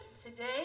today